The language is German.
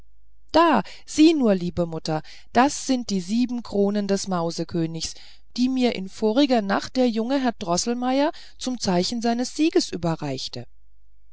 da sieh nur liebe mutter das sind die sieben kronen des mausekönigs die mir in voriger nacht der junge herr droßelmeier zum zeichen seines sieges überreichte